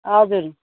हजुर